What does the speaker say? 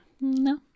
No